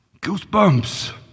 Goosebumps